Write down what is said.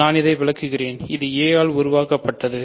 நான் இதை விளக்குகிறேன் இது a ஆல் உருவாக்கப்பட்டது